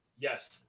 Yes